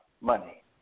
money